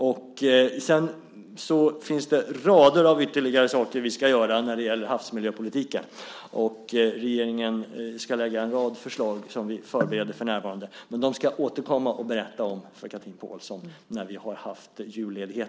Det finns rader av ytterligare saker vi ska göra när det gäller havsmiljöpolitiken, och regeringen ska lägga en rad förslag som vi förbereder för närvarande. Jag ska återkomma och berätta om dem för Chatrine Pålsson Ahlgren när vi har haft julledighet.